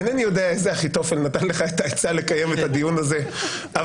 איני יודע איזה אחיתופל נתן לך את העצה לקיים את הדיון הזה אבל